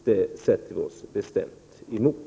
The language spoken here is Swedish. Det sätter vi oss bestämt emot.